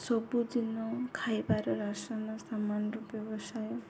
ସବୁଦିନ ଖାଇବାର ରାସନ ସାାମାନ୍ରୁ ବ୍ୟବସାୟ